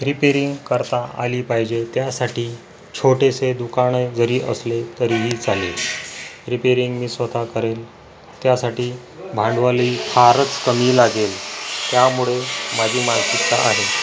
repairing करता आली पायजेल त्यासाठी छोटेसे दुकाने जरी असले तरीही चालेल रेपेरिंग मी स्वतः करेन त्यासाठी भांडवलही फारच कमी लागेल त्यामुळे माझी मानसिकता आहे